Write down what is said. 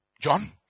John